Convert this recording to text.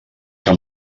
que